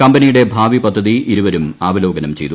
കമ്പനിയുടെ ഭാവി പദ്ധതി ഇരുവരും അവലോകനം ചെയ്തു